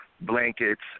blankets